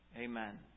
Amen